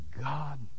god